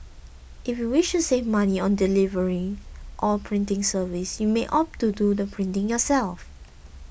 if you wish to save money on delivery or printing service you may opt to do the printing yourself